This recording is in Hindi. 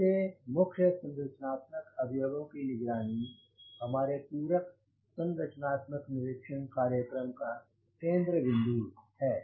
ऐसे मुख्य संरचनात्मक अवयवों की निगरानी हमारे पूरक संरचनात्मक निरीक्षण कार्यक्रम का केंद्र विन्दु है